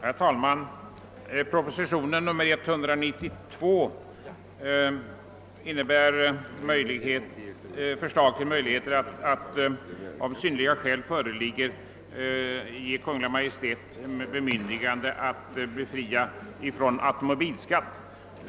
Herr talman! I proposition nr 192 föreslås ett generellt bemyndigande för Kungl. Maj:t att, när synnerliga skäl föreligger, medge befrielse från automobilskatt.